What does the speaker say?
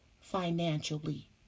financially